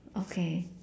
okay